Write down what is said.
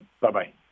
Bye-bye